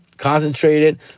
Concentrated